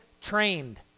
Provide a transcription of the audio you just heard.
trained